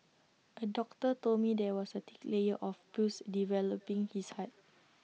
A doctor told me there was A thick layer of pus developing his heart